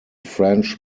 french